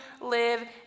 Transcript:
live